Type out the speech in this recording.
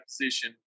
position